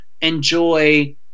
enjoy